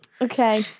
Okay